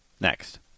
next